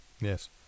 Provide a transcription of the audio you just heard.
yes